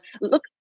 Look